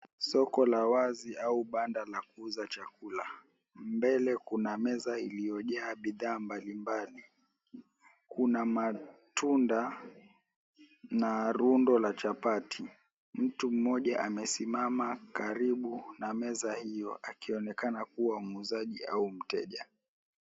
Soko la wazi au banda la kuuza chakula. Mbele kuna meza iliyojaa bidhaa mbali mbali. Kuna matunda na rundo la chapati. Mtu mmoja amesimama karibu na meza hio akionekana kuwa mwuzaji au mteja.